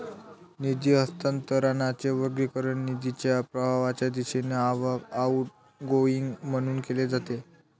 निधी हस्तांतरणाचे वर्गीकरण निधीच्या प्रवाहाच्या दिशेने आवक, आउटगोइंग म्हणून केले जाते